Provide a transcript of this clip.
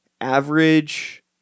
average